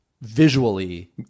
visually